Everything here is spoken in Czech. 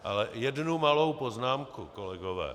Ale jednu malou poznámku, kolegové.